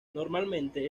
normalmente